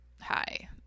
hi